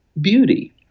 beauty